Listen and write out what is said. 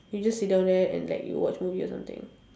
you just sit down there and like you watch movie or something